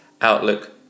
Outlook